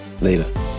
later